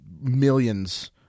millions